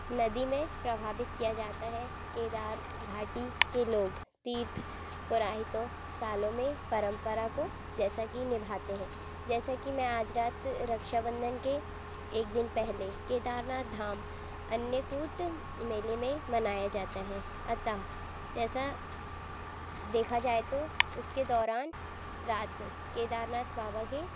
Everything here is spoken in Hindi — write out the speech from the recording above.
नदी में प्रवाहित किया जाता है केदार घाटी के लोग तीर्थ पुराहितों सालों में परम्परा को जैसा कि निभाते हैं जैसा कि मैं आज रात रक्षा बंधन के एक दिन पहले केदारनाथ धाम अन्य कूट मेले में मनाया जाता है अतः जैसा देखा जाए तो उसके दौरान रात केदारनाथ बाबा के